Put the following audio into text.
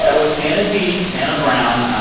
yeah was hannah b, hannah brown.